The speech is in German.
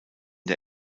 der